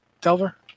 Delver